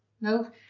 No